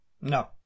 No